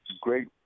Great